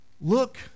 Look